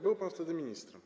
Był pan wtedy ministrem.